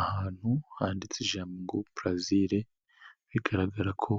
Ahantu handitse ijambo brazili bigaragara ko